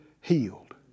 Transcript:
healed